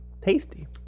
Tasty